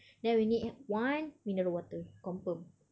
then we need one mineral water confirm